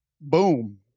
boom